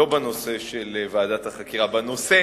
לא בנושא של ועדת החקירה, בנושא